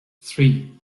three